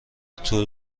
تور